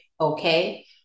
Okay